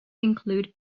include